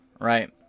right